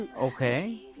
Okay